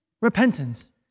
repentance